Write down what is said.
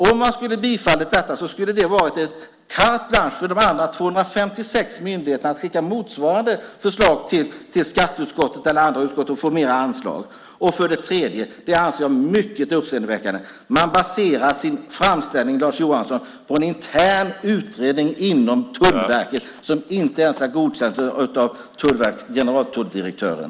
Om man skulle ha tillstyrkt detta skulle det ha varit ett carte blanche för de andra 256 myndigheterna att skicka motsvarande förslag till skatteutskottet eller andra utskott och få mer anslag. Sedan - och det anser jag är mycket uppseendeväckande - baserar man sin framställning, Lars Johansson, på en intern utredning inom Tullverket som inte ens är godkänd av generaltulldirektören.